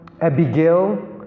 Abigail